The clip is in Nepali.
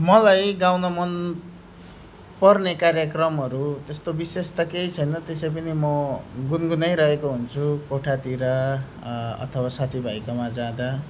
मलाई गाउन मनपर्ने कार्यक्रमहरू त्यस्तो विशेष त केही छैन त्यसै पनि म गुनगुनाइ रहेको हुन्छु कोठातिर अथवा साथीभाइकोमा जाँदा